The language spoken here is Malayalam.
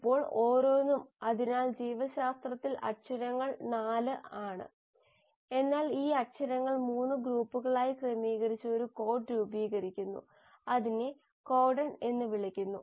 ഇപ്പോൾ ഓരോന്നും അതിനാൽ ജീവശാസ്ത്രത്തിൽ അക്ഷരങ്ങൾ 4 ആണ് എന്നാൽ ഈ അക്ഷരങ്ങൾ 3 ഗ്രൂപ്പുകളായി ക്രമീകരിച്ച് ഒരു കോഡ് രൂപീകരിക്കുന്നു അതിനെ കോഡൺ എന്ന് വിളിക്കുന്നു